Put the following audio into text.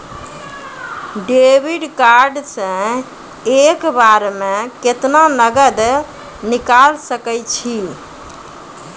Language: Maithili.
डेबिट कार्ड से एक बार मे केतना नगद निकाल सके छी?